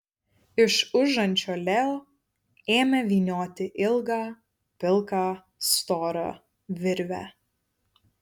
iš užančio leo ėmė vynioti ilgą pilką storą virvę